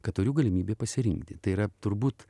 kad turiu galimybę pasirinkti tai yra turbūt